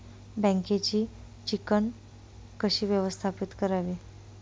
बँकेची चिकण कशी व्यवस्थापित करावी?